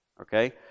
Okay